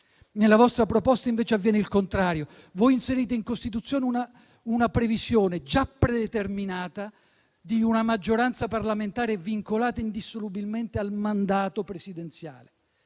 Nella vostra proposta, invece, avviene il contrario: voi inserite in Costituzione una previsione - già predeterminata - di una maggioranza parlamentare vincolata indissolubilmente al mandato presidenziale,